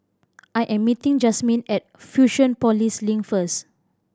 I am meeting Jazmin at Fusionopolis Link first